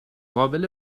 قابل